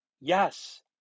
yes